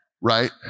right